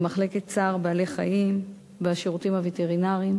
למחלקת צער בעלי-חיים והשירותים הווטרינריים,